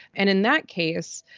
and in that case,